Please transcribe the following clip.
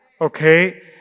okay